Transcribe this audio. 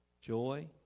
joy